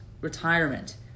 retirement